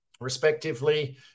respectively